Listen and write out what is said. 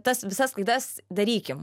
tas visas klaidas darykim